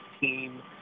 team